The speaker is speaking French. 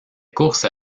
courses